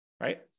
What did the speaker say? right